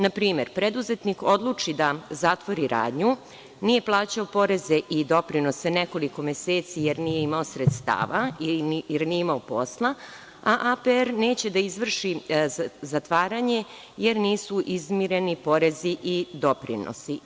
Na primer, preduzetnik odluči da zatvori radnju, nije plaćao poreze i doprinose nekoliko meseci jer nije imao sredstava, jer nije imao posla, a APR neće da izvrši zatvaranje jer nisu izmireni porezi i doprinosi.